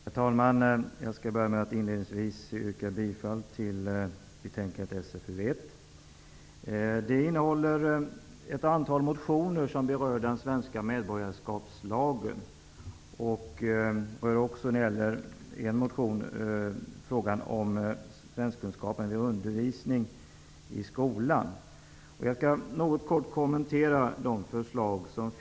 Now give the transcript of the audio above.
Herr talman! Jag skall börja med att yrka bifall till utskottets hemställan i betänkandet SfU1. Där behandlas ett antal motioner som berör den svenska medborgarskapslagen. En motion gäller frågan om svenskkunskaperna i undervisningen i skolan. Jag skall något kommentera förslagen.